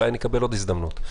אולי נקבל עוד הזדמנות.